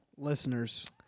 Listeners